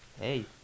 Hey